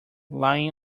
lying